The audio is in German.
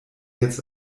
jetzt